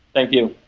thank you